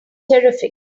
terrific